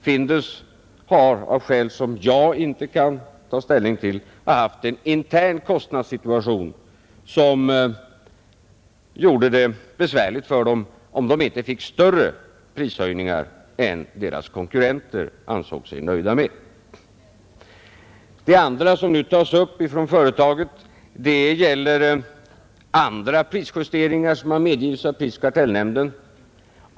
Findus har, av skäl som jag inte kan ta ställning till, tydligen haft en intern kostnadssituation som gjorde det besvärligt för dem om de inte fick större prishöjningar än deras konkurrenter ansåg sig nöjda med. Det andra som nu tas upp från företagets sida gäller andra prisjusteringar som har medgivits av prisoch kartellnämnden.